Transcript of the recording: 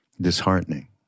disheartening